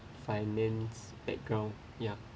finance background ya